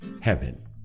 heaven